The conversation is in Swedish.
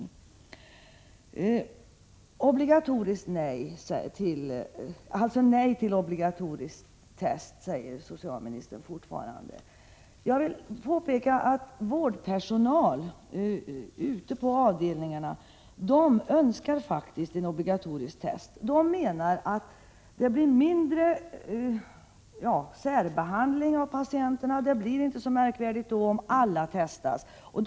Socialministern säger fortfarande nej till obligatoriska test. Jag vill då påpeka att vårdpersonalen ute på avdelningarna faktiskt önskar sådana. De menar att det på det sättet blir mindre av särbehandling av patienterna. Om alla testas, blir det ju inte så märkvärdigt.